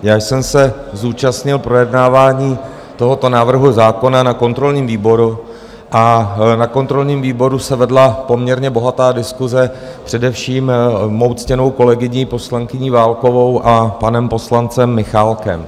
Já jsem se zúčastnil projednávání tohoto návrhu zákona na kontrolním výboru a na kontrolním výboru se vedla poměrně bohatá diskuse především mou ctěnou kolegyní, poslankyní Válkovou, a panem poslancem Michálkem.